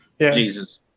jesus